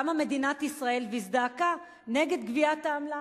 קמה מדינת ישראל והזדעקה נגד גביית העמלה,